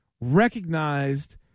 recognized